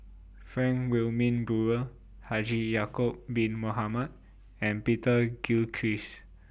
Frank Wilmin Brewer Haji Ya'Acob Bin Mohamed and Peter Gilchrist